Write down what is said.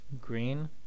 Green